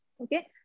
Okay